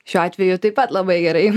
šiuo atveju taip pat labai gerai